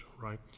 right